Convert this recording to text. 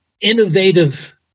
innovative